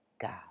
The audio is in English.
God